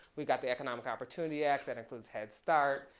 we got the economic opportunity act that includes headstart,